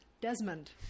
Desmond